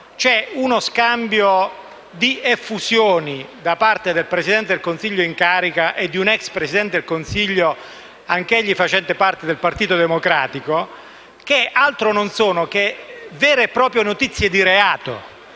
c'è uno scambio di "effusioni" tra il Presidente del Consiglio in carica e un ex Presidente del Consiglio, anch'egli facente parte del Partito Democratico, che altro non sono che vere e proprie notizie di reato.